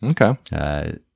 Okay